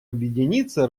объединиться